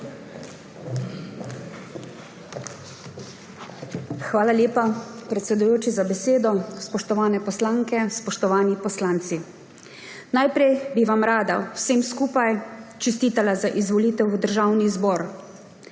Hvala lepa, predsedujoči, za besedo. Spoštovane poslanke, spoštovani poslanci! Najprej bi vam rada vsem skupaj čestitala za izvolitev v Državni zbor!